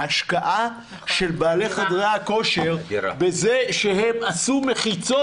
ההשקעה של בעלי חדרי הכושר בזה שהם עשו מחיצות,